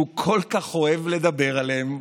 שהוא כל כך אוהב לדבר עליהם.